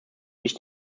nicht